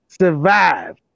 survive